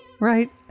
Right